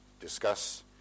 discuss